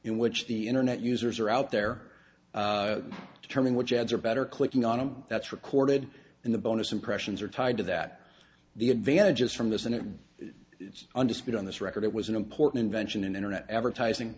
in which the internet users are out there determine which ads are better clicking on them that's recorded in the bonus impressions are tied to that the advantages from this and if it's understood on this record it was an important invention in internet advertising